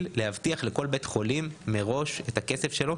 להבטיח לכל בית חולים מראש את הכסף שלו.